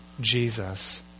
Jesus